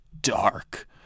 dark